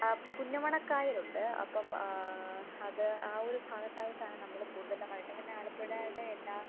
ആ പുന്നമ്മടക്കായലുണ്ട് അപ്പം അത് ആ ഒരു ഭാഗത്ത് ആയിട്ടാണ് നമ്മള് കൂടുതലായിട്ടും പിന്നെ ആലപ്പുഴയുടെ എല്ലാ